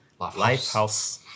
Lifehouse